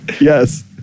Yes